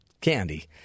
candy